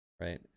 right